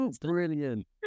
brilliant